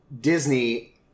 Disney